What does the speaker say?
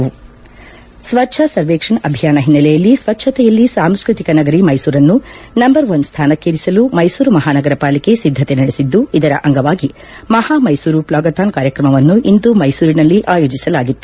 ಹಮೀದ್ಸುದೀಂಧ್ರ ಸ್ವಚ್ಛ ಸರ್ವೇಕ್ಷಣ್ ಅಭಿಯಾನ ಹಿನ್ನೆಲೆಯಲ್ಲಿ ಸ್ವಚ್ಛತೆಯಲ್ಲಿ ಸಾಂಸ್ಕೃತಿಕ ನಗರಿ ಮೈಸೂರನ್ನು ನಂಬರ್ ಒನ್ ಸ್ಥಾನಕ್ಷೇರಿಸಲು ಮೈಸೂರು ಮಹಾನಗರ ಪಾಲಿಕೆ ಸಿದ್ದತೆ ನಡೆಸಿದ್ದು ಇದರ ಅಂಗವಾಗಿ ಮಹಾ ಮೈಸೂರು ಪ್ಲಾಗತಾನ್ ಕಾರ್ಯಕ್ರಮವನ್ನು ಇಂದು ಮೈಸೂರಿನಲ್ಲಿ ಆಯೋಜಿಸಲಾಗಿತ್ತು